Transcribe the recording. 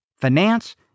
finance